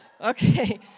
Okay